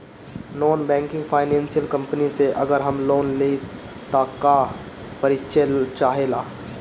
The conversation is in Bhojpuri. नॉन बैंकिंग फाइनेंशियल कम्पनी से अगर हम लोन लि त का का परिचय चाहे ला?